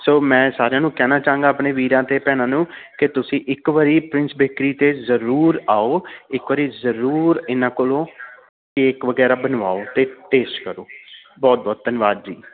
ਸੋ ਮੈਂ ਸਾਰਿਆਂ ਨੂੰ ਕਹਿਣਾ ਚਾਹਾਂਗਾ ਆਪਣੇ ਵੀਰਾਂ ਅਤੇ ਭੈਣਾਂ ਨੂੰ ਕਿ ਤੁਸੀਂ ਇੱਕ ਵਾਰੀ ਪ੍ਰਿੰਸ ਬੇਕਰੀ 'ਤੇ ਜ਼ਰੂਰ ਆਉ ਇੱਕ ਵਾਰੀ ਜ਼ਰੂਰ ਇਹਨਾਂ ਕੋਲੋਂ ਕੇਕ ਵਗੈਰਾ ਬਣਵਾਓ ਅਤੇ ਟੇਸਟ ਕਰੋ ਬਹੁਤ ਬਹੁਤ ਧੰਨਵਾਦ ਜੀ